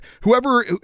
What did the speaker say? Whoever